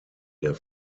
der